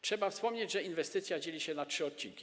Trzeba wspomnieć, że inwestycja dzieli się na trzy odcinki.